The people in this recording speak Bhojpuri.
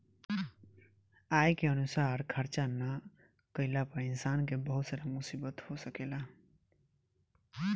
आय के अनुसार खर्चा ना कईला पर इंसान के बहुत सारा मुसीबत हो सकेला